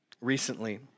recently